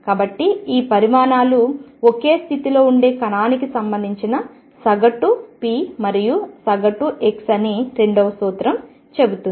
కాబట్టి ఈ పరిమాణాలు ఒక స్థితిలో ఉంటే కణానికి సంబంధించిన సగటు p మరియు సగటు x అని రెండవ సూత్రం చెబుతుంది